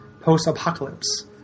Post-apocalypse